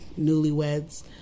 newlyweds